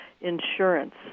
insurance